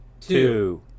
Two